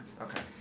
Okay